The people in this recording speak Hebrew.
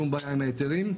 שום בעיה עם ההיתרים,